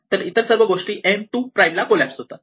तर इतर सर्व गोष्टी M 2 प्राईम ला कोलॅप्स होतात